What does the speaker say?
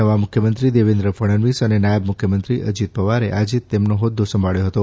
નવા મુખ્યમંત્રી દેવેન્દ્ર ફડણવીસ અને નાયબ મુખ્યમંત્રી અજીત પવારે આજે તેમનો હોદ્દો સંભાળ્યો હતો